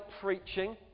preaching